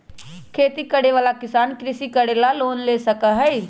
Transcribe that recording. खेती करे वाला किसान कृषि करे ला लोन ले सका हई